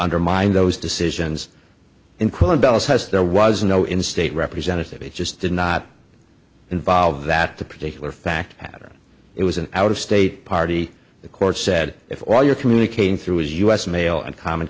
undermine those decisions in quebec there was no in state representative it just did not involve that particular fact pattern it was an out of state party the court said if all you're communicating through is u s mail and common